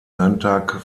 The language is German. landtag